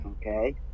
okay